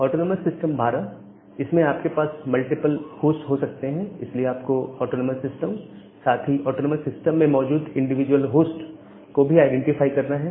autonomous system 12 इसमें आपके पास मल्टीपल होस्ट हो सकते हैं इसलिए आपको ऑटोनॉमस सिस्टम साथ ही साथ ऑटोनॉमस सिस्टम में मौजूद इंडिविजुअल होस्ट को भी आईडेंटिफाई करना है